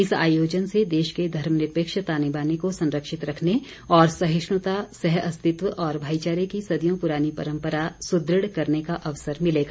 इस आयोजन से देश के धर्मनिरपेक्ष ताने बाने को संरक्षित रखने तथा सहिष्णुता सहअस्तित्व और भाइचारे की सदियों पुरानी परम्परा सुद्रढ़ करने का अवसर मिलेगा